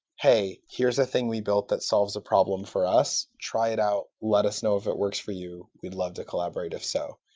hey, here is a thing we built that solves a problem for us. try it out. let us know if it works for you. we'd love to collaborate if so.